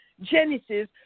Genesis